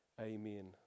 amen